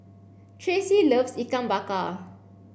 Traci loves Ikan Bakar